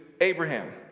Abraham